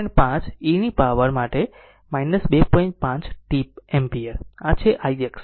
5 t ampere આ છે ix બરાબર આ બધા જવાબો મળ્યા છે